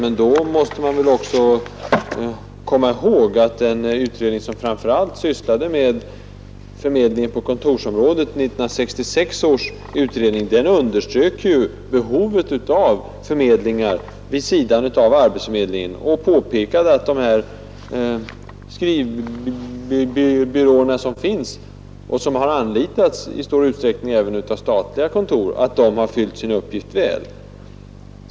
Men då måste man väl också komma ihåg att den utredning som framför allt sysslade med förmedlingen på kontorsområdet, 1966 års utredning, underströk behovet av förmedlingar vid sidan av arbetsförmedlingen och påpekade att de här skrivbyråerna som finns, och som har anlitats i stor utsträckning även av statliga kontor, har fyllt sin uppgift väl.